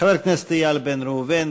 חבר הכנסת איל בן ראובן,